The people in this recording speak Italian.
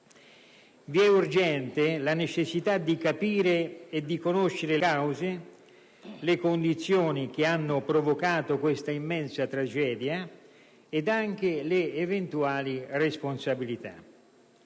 Vi è urgente necessità di capire e di conoscere le cause, le condizioni che hanno provocato questa immensa tragedia ed anche le eventuali responsabilità.